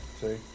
See